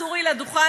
סורי לדוכן,